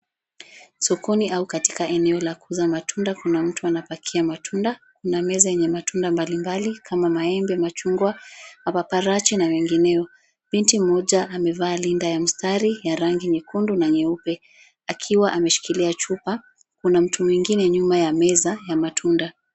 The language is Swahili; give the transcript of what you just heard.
Sokoni au katika eneo la kuuza matunda kuna mtu anapakia matunda na meza yenye matunda mbalimbali kama maembe, machungwa, mapaparachi na mengineo. Binti mmoja amevaa rinda ya mstari ya rangi nyekundu na nyeupe, akiwa ameshikilia chupa kuna mtu mwingine nyuma ya meza ya matunda.